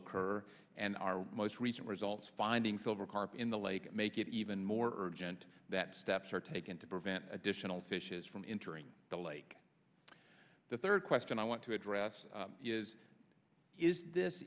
occur and our most recent results finding silver carp in the lake make it even more urgent that steps are taken to prevent additional fishes from entering the lake the third question i want to address is is this